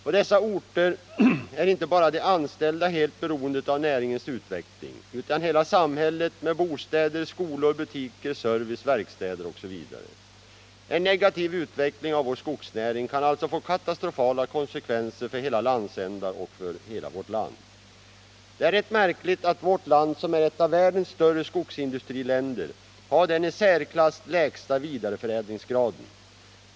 På dessa orter är inte bara de anställda helt beroende av näringens utveckling utan hela samhället med bostäder, skolor, butiker, service, verkstäder osv. En negativ utveckling av vår skogsnäring kan alltså få katastrofala konsekvenser för hela landsändar och för hela vårt land. Det är rätt märkligt att vårt land, som är ett av världens större skogsindustriländer, har den i särklass lägsta vidareförädlingsgraden.